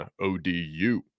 ODU